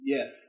Yes